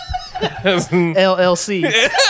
LLC